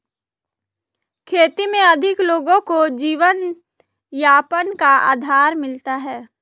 खेती में अधिक लोगों को जीवनयापन का आधार मिलता है